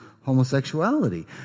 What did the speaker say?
homosexuality